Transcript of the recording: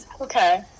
Okay